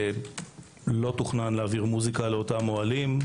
לא תוכנן להעביר מוזיקה לאותם אוהלים,